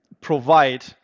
provide